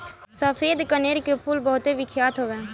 सफ़ेद कनेर के फूल बहुते बिख्यात फूल हवे